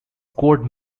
code